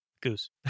goose